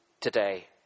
today